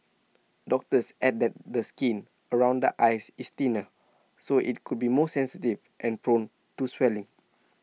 doctors add that the skin around the eyes is thinner so IT could be more sensitive and prone to swelling